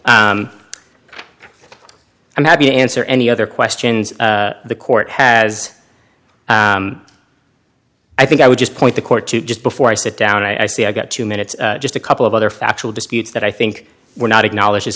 i'm happy to answer any other questions the court has i think i would just point the court to just before i sit down i see i got two minutes just a couple of other factual disputes that i think were not acknowledge